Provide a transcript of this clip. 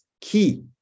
key